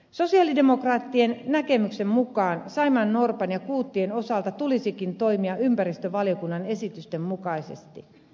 sosialidemokraattien näkemyksen mukaan saimaannorpan ja kuuttien osalta tulisikin toimia ympäristövaliokunnan esitysten mukaisesti